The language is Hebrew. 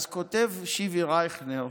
אז כותב שיבי רייכנר